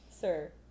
Sir